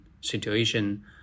situation